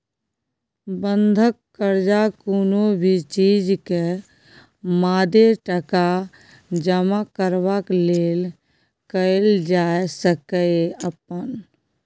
बंधक कर्जा कुनु भी चीज के मादे टका जमा करबाक लेल कईल जाइ सकेए अपन